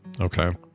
Okay